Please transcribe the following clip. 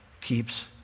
keeps